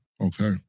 Okay